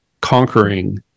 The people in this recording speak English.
Conquering